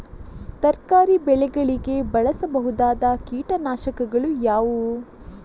ತರಕಾರಿ ಬೆಳೆಗಳಿಗೆ ಬಳಸಬಹುದಾದ ಕೀಟನಾಶಕಗಳು ಯಾವುವು?